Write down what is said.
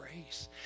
grace